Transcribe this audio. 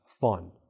Fun